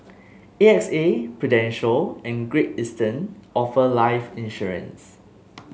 A X A Prudential and Great Eastern offer life insurance